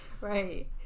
right